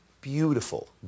beautiful